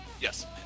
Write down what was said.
Yes